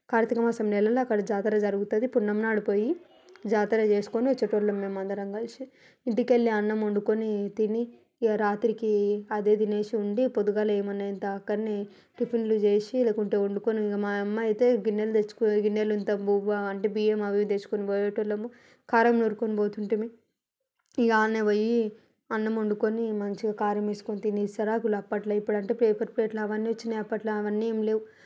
కార్తీక మాసం నెలలో అక్కడ జాతర జరుగుతుంది పున్నమి నాడు పోయి జాతర చేసుకొని వచ్చేవాళ్ళము మేము అందరం కలిసి ఇంటికి వెళ్ళి అన్నం వండుకొని తిని ఇక రాత్రికి అదే తినేసి ఉండి పొద్దున ఏమైనా ఇంత అక్కడే టిఫిన్లు చేసి లేకుంటే వండుకొని ఇంకా మా అమ్మ అయితే గిన్నెలు తెచ్చి గిన్నెలో ఇంత బువ్వ అంటే బియ్యం అవీ ఇవీ తెచ్చుకొని పోయేవాళ్ళము కారం నూరుకొని పోయేది ఇంకా అక్కడే పోయి అన్నం వండుకొని మంచిగా కారం వేసుకొని తినీ విస్తరాకులు అప్పట్లో ఇప్పుడంటే పేపర్ ప్లేట్లు అవన్నీ వచ్చాయి అప్పట్లో అవన్నీ ఏమీ లేవు